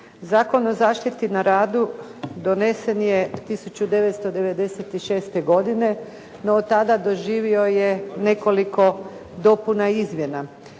Zakon o zaštiti na radu donesen je 1996. godine, no od tada doživio je nekoliko dopuna i izmjena.